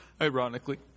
Ironically